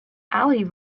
ali